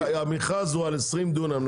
כשהמכרז הוא על 20 דונם,